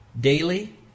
Daily